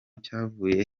cyavuye